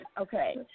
Okay